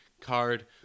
card